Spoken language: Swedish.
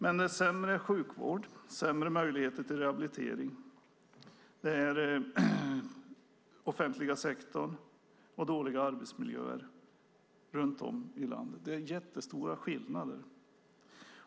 Men sämre sjukvård, sämre möjligheter till rehabilitering, den offentliga sektorn och dåliga arbetsmiljöer runt om i landet ger jättestora skillnader.